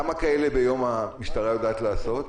כמה כאלה המשטרה יודעת לעשות ביום?